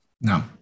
No